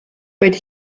but